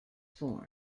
formed